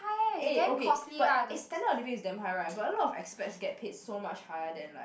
eh okay but eh standard of living is damn high right but a lot of expats get paid so much higher then like